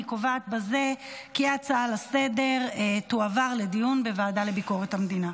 אני קובעת בזה כי ההצעה לסדר-היום תועבר לדיון בוועדה לביקורת המדינה.